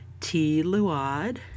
T-Luad